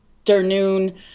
afternoon